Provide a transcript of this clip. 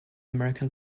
american